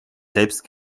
selbst